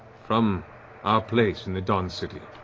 from our place in the dawn city,